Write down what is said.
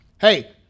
Hey